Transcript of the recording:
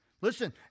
Listen